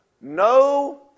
No